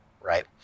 right